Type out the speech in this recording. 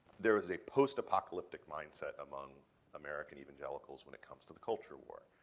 there is a post-apocalyptic mindset among american evangelicals when it comes to the culture war.